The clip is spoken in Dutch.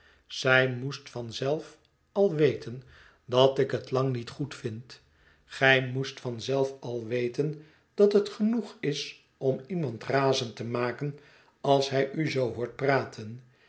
gij moest van zelf al weten dat ik het lang niet goedvind gij moest van zelf al weten dat het genoeg is om iemand razend te maken als hij u zoo hoort praten